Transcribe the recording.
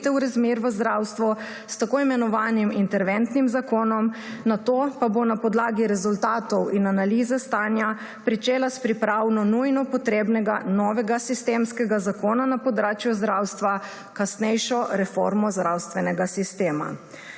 razmer v zdravstvu s tako imenovanim interventnim zakonom, nato pa bo na podlagi rezultatov in analize stanja začela s pripravo nujno potrebnega novega sistemskega zakona na področju zdravstva, kasnejšo reformo zdravstvenega sistema.